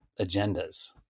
agendas